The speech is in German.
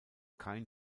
kein